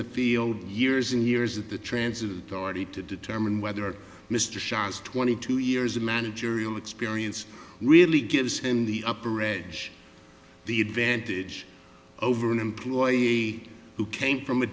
the field years and years of the transit authority to determine whether mr sharon's twenty two years of managerial experience really gives him the upper edge the advantage over an employee who came from a